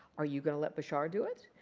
are you going to let bashar do it?